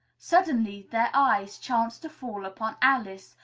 suddenly their eyes chanced to fall upon alice,